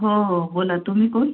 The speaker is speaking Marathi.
हो हो बोला तुम्ही कोण